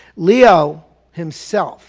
leo himself